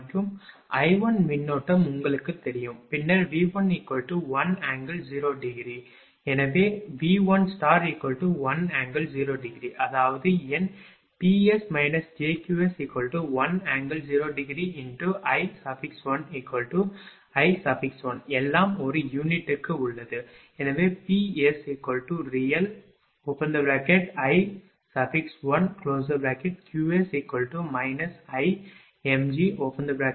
மற்றும் I1 மின்னோட்டம் உங்களுக்குத் தெரியும் பின்னர் V11∠0° டிகிரி எனவே V11∠0° அதாவது என் Ps jQs1∠0°×I1I1 எல்லாம் ஒரு யூனிட்டுக்கு உள்ளது எனவே PsrealI1Qs ImgI1